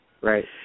Right